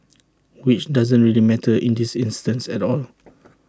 which doesn't really matter in this instance at all